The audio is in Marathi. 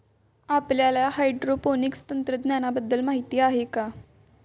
आपल्याला हायड्रोपोनिक्स तंत्रज्ञानाबद्दल माहिती आहे का?